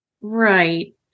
Right